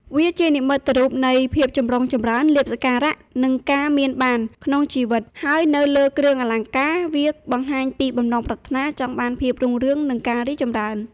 វាជានិមិត្តរូបនៃ ភាពចម្រុងចម្រើន លាភសក្ការៈ និងការមានបាន ក្នុងជីវិត ហើយនៅលើគ្រឿងអលង្ការ វាបង្ហាញពីបំណងប្រាថ្នាចង់បានភាពរុងរឿង និងការរីកចម្រើន។